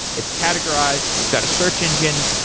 it's categorized, we've got a search engine,